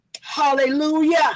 Hallelujah